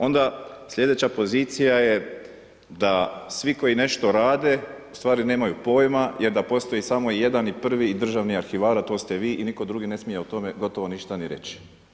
Onda slijedeća pozicija je da svi koji nešto rade ustvari nemaju pojma jer da postoji samo jedan i prvi državni arhivar, a to ste vi, i nitko drugi ne smije o tome gotovo ništa ni reći.